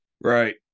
Right